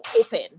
open